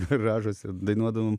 garažuose dainuodavom